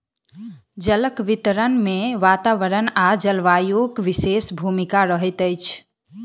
जलक वितरण मे वातावरण आ जलवायुक विशेष भूमिका रहैत अछि